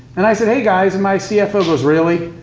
and i said, hey guys. and my cfo goes, really?